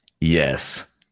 Yes